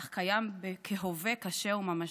אך קיים כהווה קשה וממשי.